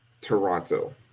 Toronto